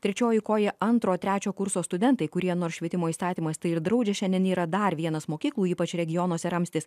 trečioji koja antro trečio kurso studentai kurie nors švietimo įstatymas tai ir draudžia šiandien yra dar vienas mokyklų ypač regionuose ramstis